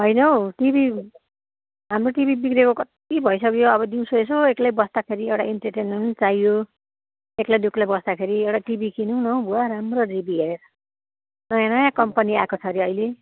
होइन हौ टिभी हाम्रो टिभी बिग्रेको कति भइसक्यो अब दिउँसो यसो एक्लै बस्दाखेरि एउटा इन्टरटेन्मेन्ट पनि चाहियो एक्लै दुक्लै बस्दाखेरि एउटा टिभी किनौँ न हौ बुवा राम्रो रिभ्यू हेरेर नयाँ नयाँ कम्पनी आएको छ हरे अहिले